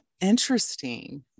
interesting